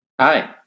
Hi